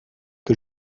que